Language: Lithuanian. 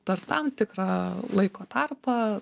per tam tikrą laiko tarpą